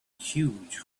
huge